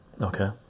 okay